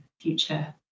future